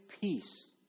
peace